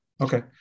Okay